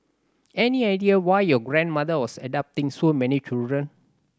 any idea why your grandmother was adopting so many children